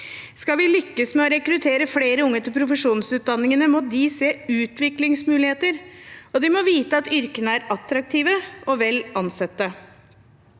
Skal vi lykkes med å rekruttere flere unge til profesjonsutdanningene, må de se utviklingsmuligheter, og de må vite at yrkene er attraktive og vel ansette.